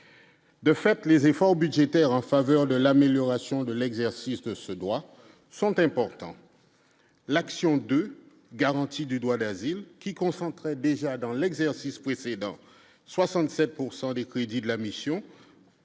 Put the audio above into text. De fait, les efforts budgétaires en faveur de l'amélioration de l'exercice de ce droit sont importants, l'action de garanties du droit d'asile qui concentre déjà dans l'exercice précédent, 67 pourcent des crédits de la mission.